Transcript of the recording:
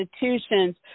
institutions